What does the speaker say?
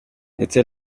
ndetse